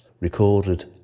recorded